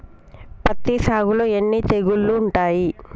పత్తి సాగులో ఎన్ని తెగుళ్లు ఉంటాయి?